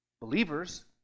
believers